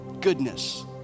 goodness